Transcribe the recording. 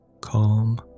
Calm